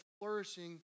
flourishing